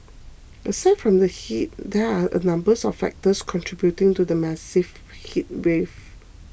aside from the heat there are a number of factors contributing to the massive heatwave